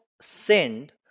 send